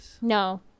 No